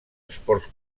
esports